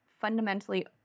fundamentally